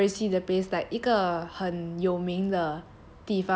比较 touristy 的 place like 一个很有名的